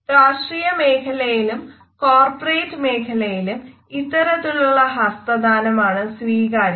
രാഷ്ട്രീയ മേഖലയിലും കോർപ്പറേറ്റ് മേഖലയിലും ഇത്തരത്തിലുള്ള ഹസ്തദാനമാണ് സ്വീകാര്യം